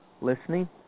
Listening